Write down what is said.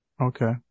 Okay